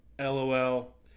LOL